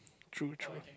true true